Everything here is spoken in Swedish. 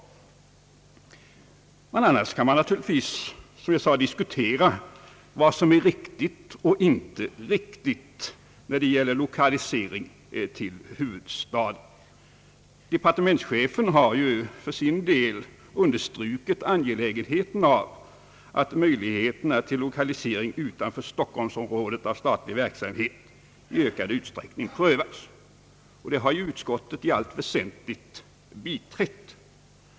Man kan naturligtvis som jag sade diskutera vad som är riktigt och inte riktigt när det gäller lokalisering till huvudstaden. Departementschefen har ju för sin del understrukit att det är angeläget att möjligheterna att utanför stockholmsområdet lokalisera statlig verksamhet i ökad utsträckning prövas, och det har utskottet i allt väsentligt biträtt.